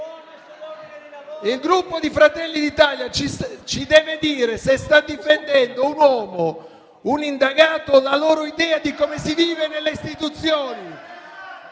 Il Gruppo Fratelli d'Italia ci deve dire se sta difendendo un uomo, un indagato o la loro idea di come si vive nelle istituzioni.